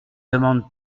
demande